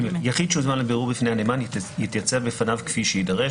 "(ג) יחיד שהוזמן לבירור בפני הנאמן יתייצב בפניו כפי שיידרש,